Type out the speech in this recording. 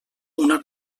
una